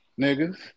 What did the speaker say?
niggas